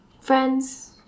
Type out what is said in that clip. Friends